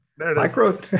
micro